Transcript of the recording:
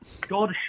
God